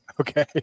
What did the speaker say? Okay